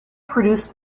produced